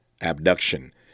abduction